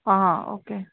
okay